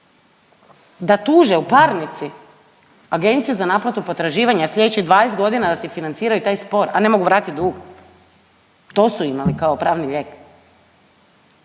Da tuže u parnici agenciju za naplatu potraživanja sljedećih 20 godina da si financiraju taj spor, a ne mogu vratiti dug? To su imali kao pravni lijek?